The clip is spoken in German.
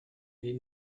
die